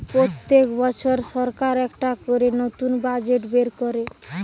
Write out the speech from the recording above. পোত্তেক বছর সরকার একটা করে নতুন বাজেট বের কোরে